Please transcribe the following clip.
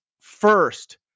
first